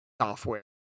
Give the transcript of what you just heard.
software